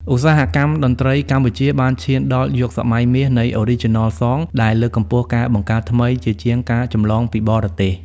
ឧស្សាហកម្មតន្ត្រីកម្ពុជាបានឈានដល់យុគសម័យមាសនៃ "Original Song" ដែលលើកកម្ពស់ការបង្កើតថ្មីជាជាងការចម្លងពីបរទេស។